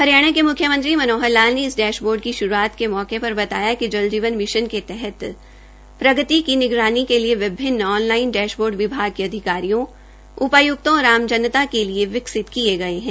हरियाणा के मुख्यमंत्री श्री मनोहर लाल ने इस डैशबोर्ड की शुरूआत के मौके पर बताया कि ल वीवन मिशन के तहत प्रगति की निगरानी के लिए विभिन्न ऑनलाइन डैशबोर्ड विभाग के अधिकारियों उपायुक्तों और आम स नता के लिए विकसित किये गए हैं